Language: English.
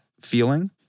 feeling